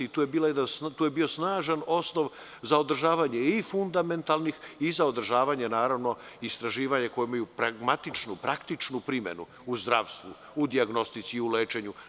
To je bio snažan osnov za održavanje i fundamentalnih i za održavanje, naravno, istraživanja koja imaju pragmatičnu, praktičnu primenu u zdravstvu, u dijagnostici i u lečenju.